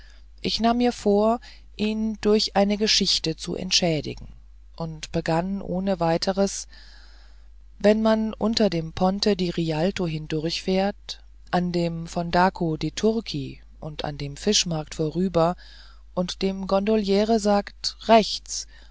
ich nahm mir vor ihn durch eine geschichte zu entschädigen und begann ohne weiteres wenn man unter dem ponte di rialto hindurchfährt an dem fondaco de turchi und an dem fischmarkt vorbei und dem gondoliere sagt rechts